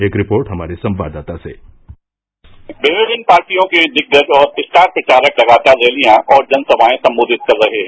एक रिपोर्ट हमारे संवाददाता से विभिन्न पार्टियों के दिग्गज और स्टार प्रचारक लगातार रैलियां और जनसभाए संबोधित कर रहें है